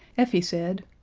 effie said,